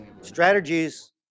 Strategies